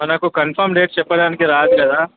మనకు confirm date చెప్పడానికి రాదు కదా